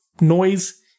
noise